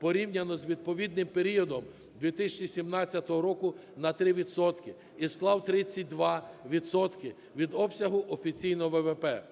порівняно з відповідним періодом 2017 року на 3 відсотки і склав 32 відсотки від обсягу офіційного ВВП.